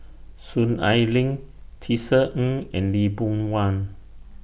Soon Ai Ling Tisa Ng and Lee Boon Wang